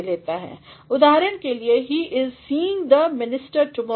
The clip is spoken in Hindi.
उदाहरण के लिए he is seeing the minister tomorrow I am seeing the professor tomorrow